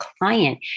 client